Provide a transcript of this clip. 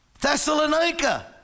Thessalonica